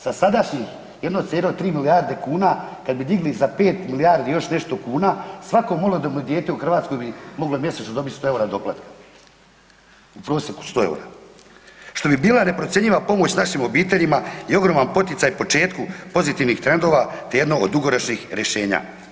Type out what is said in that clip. Sa sadašnjih 1,3 milijarde kuna kad bi digli za 5 milijardi i još nešto kuna svako malodobno dijete u Hrvatskoj bi moglo mjesečno dobiti 100 EUR-a doplatka, u prosjeku 100 EUR-a, što bi bila neprocjenjiva pomoć našim obiteljima i ogroman poticaj početku pozitivnih trendova te jedno od dugoročnih rješenja.